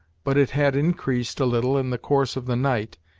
but it had increased a little in the course of the night,